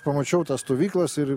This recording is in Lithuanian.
pamačiau tą stovyklas ir